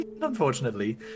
Unfortunately